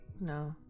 no